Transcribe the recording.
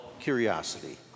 curiosity